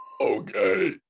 Okay